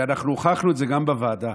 ואנחנו הוכחנו את זה גם בוועדה,